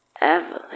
Evelyn